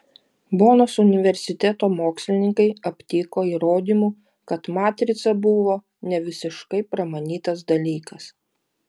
bonos universiteto mokslininkai aptiko įrodymų kad matrica buvo ne visiškai pramanytas dalykas